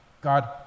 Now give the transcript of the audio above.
God